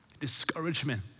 discouragement